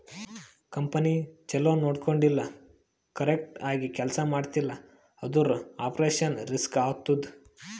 company ಛಲೋ ನೊಡ್ಕೊಂಡಿಲ್ಲ, correct ಆಗಿ ಕೆಲ್ಸಾ ಮಾಡ್ತಿಲ್ಲ ಅಂದುರ್ ಆಪರೇಷನಲ್ ರಿಸ್ಕ್ ಆತ್ತುದ್